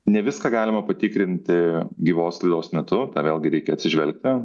ne viską galima patikrinti gyvos laidos metu į tą vėlgi reikia atsižvelgti